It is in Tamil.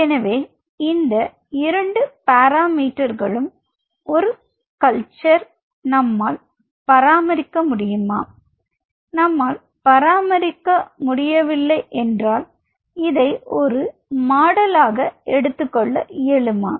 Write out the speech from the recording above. எனவே இந்த இரண்டு பாரமோட்டர்களும் ஒரு கல்ச்சர் நம்மால் பராமரிக்க முடியுமா நம்மால் பராமரிக்க முடியவில்லை என்றால் இதை ஒரு மாடலாக எடுத்துக் கொள்ள இயலுமா